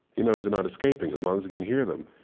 he knows they're not escaping, as long as he can hear them.